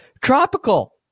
tropical